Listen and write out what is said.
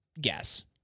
guess